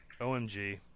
OMG